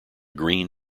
green